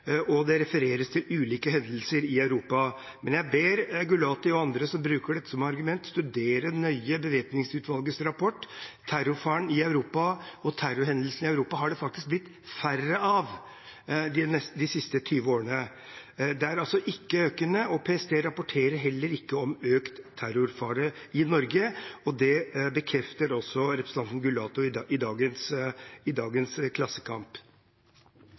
og det refereres til ulike hendelser i Europa. Men jeg ber Gulati og andre som bruker dette som argument, studere nøye bevæpningsutvalgets rapport. Terrorfaren – og terrorhendelsene – i Europa – har faktisk minket de siste 20 årene. Det er altså ikke økende, og PST rapporterer heller ikke om økt terrorfare i Norge. Det bekrefter også representanten Gulati i dagens utgave av Klassekampen. Den terroren vi faktisk har sett – bomber, maskinpistoler i konsertlokaler, lastebiler i